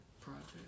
project